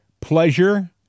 pleasure